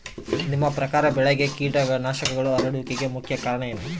ನಿಮ್ಮ ಪ್ರಕಾರ ಬೆಳೆಗೆ ಕೇಟನಾಶಕಗಳು ಹರಡುವಿಕೆಗೆ ಮುಖ್ಯ ಕಾರಣ ಏನು?